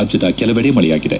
ರಾಜ್ಞದ ಕೆಲವೆಡೆ ಮಳೆಯಾಗಿದೆ